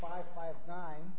five five nine